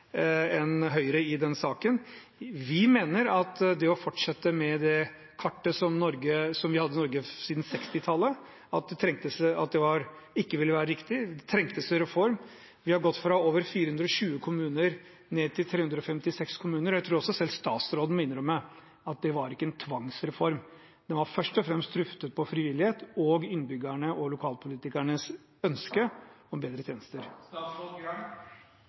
enn Høyre i denne saken. Vi mener at det ikke ville være riktig å fortsette med det kartet som vi har hatt i Norge siden 1960-tallet, at det trengtes en reform. Vi har gått fra over 420 kommuner og ned til 356 kommuner, og jeg tror selv statsråden må innrømme at det ikke var en tvangsreform. Den var først og fremst tuftet på frivillighet og innbyggernes og lokalpolitikernes ønske om bedre tjenester.